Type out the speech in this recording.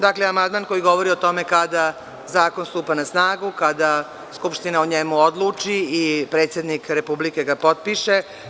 Dakle, amandman koji govori o tome kada zakon stupa na snagu, kada Skupština o njemu odluči i predsednik Republike ga potpiše.